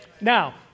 Now